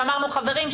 ואמרנו: חברים,